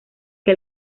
que